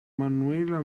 manuela